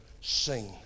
seen